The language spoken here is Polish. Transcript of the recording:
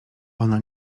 ona